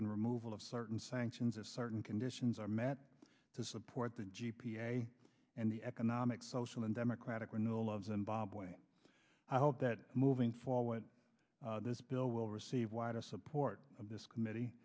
and removal of certain sanctions if certain conditions are met to support the g p a and the economic social and democratic renewal of zimbabwe i hope that moving forward this bill will receive wider support of this committee